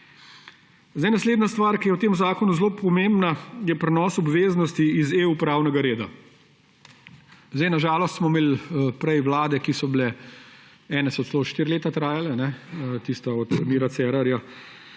Naslednja stvar, ki je v tem zakonu zelo pomembna, je prenos obveznosti iz EU pravnega reda. Na žalost smo imeli prej vlade, ki so bile, ene so celo štiri leta trajale, tista od Mira Cerarja